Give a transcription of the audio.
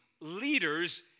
leaders